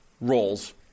roles